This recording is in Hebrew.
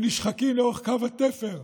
הם נשחקים לאורך קו התפר,